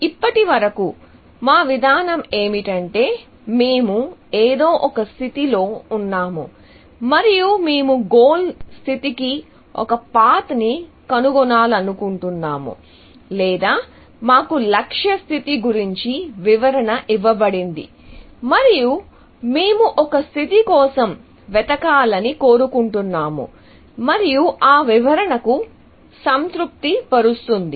ఇప్పటివరకు మా విధానం ఏమిటంటే మేము ఏదో ఒక స్థితి లో ఉన్నాము మరియు మేము గోల్ స్థితి కి ఒక పాత్ ని కనుగొనాలనుకుంటున్నాము లేదా మాకు లక్ష్య స్థితి గురించి వివరణ ఇవ్వబడింది మరియు మేము ఒక స్థితి కోసం వెతకాలని కోరుకుంటున్నాము మరియు ఆ వివరణను సంతృప్తిపరుస్తుంది